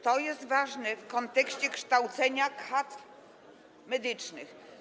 To jest ważne w kontekście kształcenia kadr medycznych.